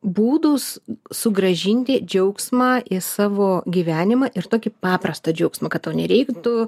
būdus sugrąžinti džiaugsmą į savo gyvenimą ir tokį paprastą džiaugsmą kad nereiktų